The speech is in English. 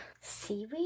Seaweed